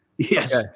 Yes